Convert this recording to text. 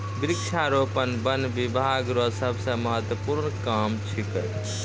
वृक्षारोपण वन बिभाग रो सबसे महत्वपूर्ण काम छिकै